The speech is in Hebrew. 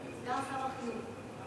סגן שר החינוך.